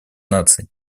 наций